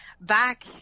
Back